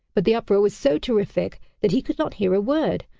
but the uproar was so terrific that he could not hear a word,